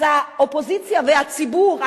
אז האופוזיציה והציבור,